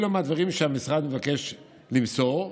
אלו הדברים שהמשרד מבקש למסור,